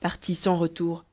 partis sans retour